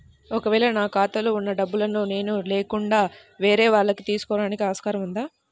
ఒక వేళ నా ఖాతాలో వున్న డబ్బులను నేను లేకుండా వేరే వాళ్ళు తీసుకోవడానికి ఆస్కారం ఉందా?